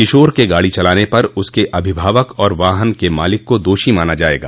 किशोर के गाड़ी चलाने पर उसके अभिभावक और वाहन के मालिक को दोषी माना जाएगा